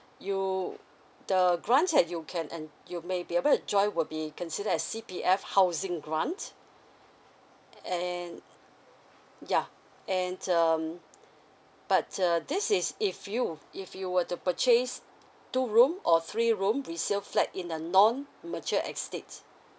you the grant that you can and you may be able to join will be considered as C_P_F housing grant and yeah and um but uh this is if you if you were to purchase two room or three room resale flat in the non mature estate